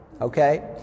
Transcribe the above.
Okay